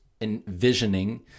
envisioning